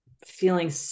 feeling